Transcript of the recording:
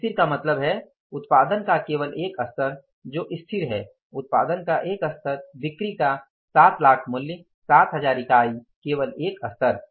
स्थिर का मतलब है उत्पादन का केवल एक स्तर जो स्थिर है उत्पादन का एक स्तर बिक्री का 7 लाख मूल्य 7 हजार यूनिट केवल एक स्तर